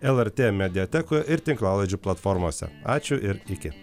lrt mediatekoj ir tinklalaidžių platformose ačiū ir iki